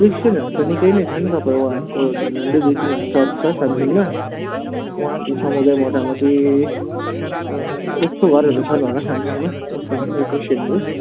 क्रिस्चियनहरू त निकै नै छन् र त वहाँहरूको झण्डै झण्डै दुई तिनवटा चर्च छ सामसिङमा वहाँहरूको समुदाय मोटामोटी एक सौ घरहरू छन् होला सामसिङमा मुस्लिम ए क्रिस्चियनहरू